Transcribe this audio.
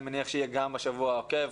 מניח שגם בשבוע הבא יתקיים דיון נוסף.